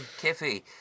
Kiffy